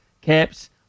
caps